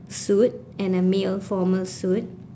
suit and a male formal suit